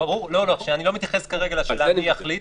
אני לא מתייחס כרגע לשאלה מי יחליט,